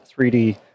3D